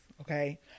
Okay